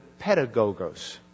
pedagogos